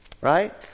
right